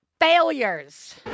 failures